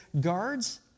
guards